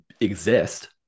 exist